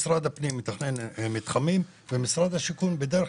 משרד הפנים מתכנן מתחמים ומשרד השיכון בדרך